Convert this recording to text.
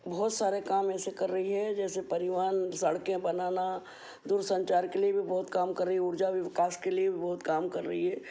बहुत सारे काम ऐसे कर रही है जैसे परिवहन सड़कें बनाना दूर संचार के लिए भी बहुत काम कर रही है ऊर्जा विकास के लिए भी बहुत काम कर रही है